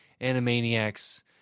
Animaniacs